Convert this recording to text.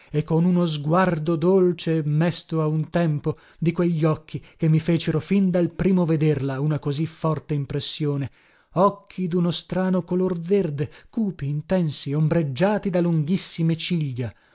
e con uno sguardo dolce e mesto a un tempo di quegli occhi che mi fecero fin dal primo vederla una così forte impressione occhi duno strano color verde cupi intensi ombreggiati da lunghissime ciglia